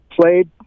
Played